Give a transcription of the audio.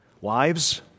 Wives